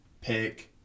pick